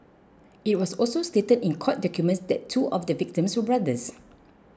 it was also stated in court documents that two of the victims were brothers